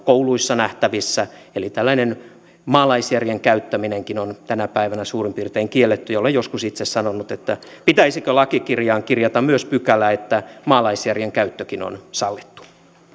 kouluissa nähtävissä eli tällainen maalaisjärjen käyttäminenkin on tänä päivänä suurin piirtein kielletty olen joskus itse sanonut että pitäisikö lakikirjaan kirjata myös pykälä että maalaisjärjen käyttökin on sallittua